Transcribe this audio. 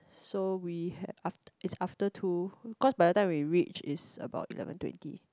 so we had af~ it's after two cause by the time we reached is about eleven twenty